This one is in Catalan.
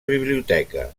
biblioteca